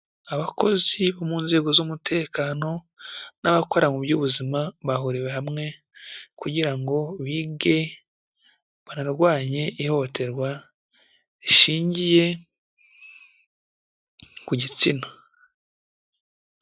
Abakozi bo mu nzego z'umutekano n'abakora mu by'ubuzima, bahuriwe hamwe kugira ngo bige banarwanye ihohoterwa rishingiye ku gitsina.